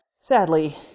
sadly